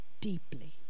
deeply